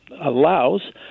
allows